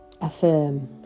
Affirm